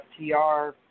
FTR